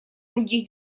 других